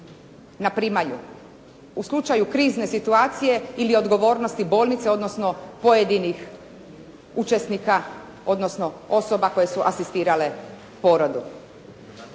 na primalju u slučaju krizne situacije ili odgovornosti bolnice, odnosno pojedinih učesnika, odnosno osoba koje su asistirale porodu.